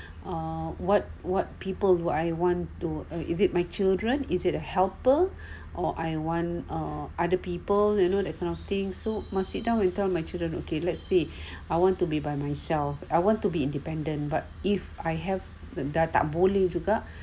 oh what what people who I want to or is it my children is it a helper or I want or other people you know that kind of thing so must sit down and tell my children okay let's say I want to be by myself I want to be independent but if I have the dah tak boleh juga